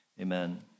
Amen